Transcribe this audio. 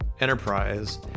enterprise